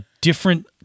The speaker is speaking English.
different